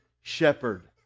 shepherd